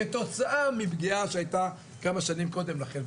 כתוצאה מפגיעה שהייתה כמה שנים קודם לכן.